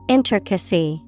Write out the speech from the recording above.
Intricacy